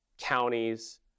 counties